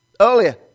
earlier